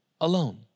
Alone